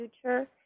future